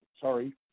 sorry